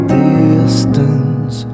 distance